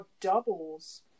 doubles